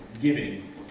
Giving